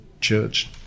church